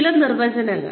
ചില നിർവചനങ്ങൾ